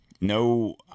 no